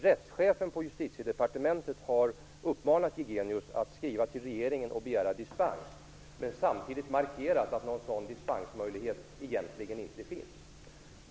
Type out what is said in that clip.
Rättschefen på Justitiedepartementet har uppmanat Jigenius att skriva till regeringen och begära dispens, men samtidigt markerat att någon sådan dispensmöjlighet egentligen inte finns.